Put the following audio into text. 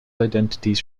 identities